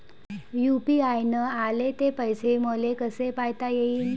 UPI न आले ते पैसे मले कसे पायता येईन?